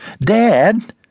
Dad